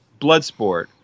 Bloodsport